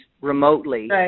remotely